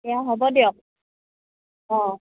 হ'ব দিয়ক অঁ